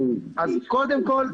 קודם כל,